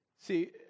See